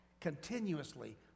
continuously